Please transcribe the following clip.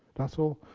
that's all.